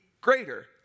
greater